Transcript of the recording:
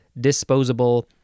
disposable